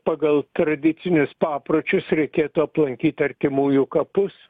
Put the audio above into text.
pagal tradicinius papročius reikėtų aplankyt artimųjų kapus